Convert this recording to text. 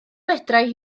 medrai